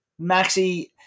Maxi